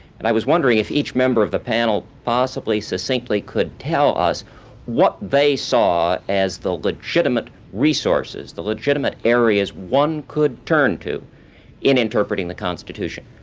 and i was wondering if each member of the panel possibly succinctly could tell us what they saw as the legitimate resources, the legitimate areas one could turn to in interpreting the constitution.